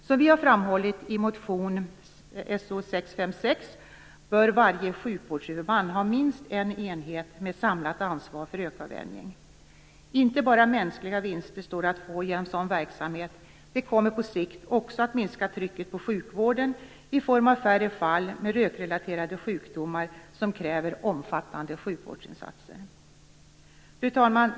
Som vi har framhållit i motion So656 bör varje sjukvårdshuvudman ha minst en enhet med ett samlat ansvar för rökavvänjning. Inte bara mänskliga vinster står att få genom sådan verksamhet. Den kommer på sikt också att minska trycket på sjukvården i form av färre fall av rökrelaterade sjukdomar som kräver omfattande sjukvårdsinsatser. Fru talman!